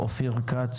אופיר כץ,